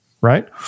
right